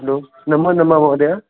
hello नमो नमः महोदय